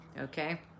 Okay